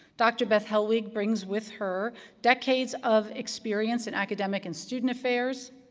dr. beth hellwig brings with her decades of experience in academic and student affairs,